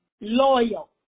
loyal